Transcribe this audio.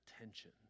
attention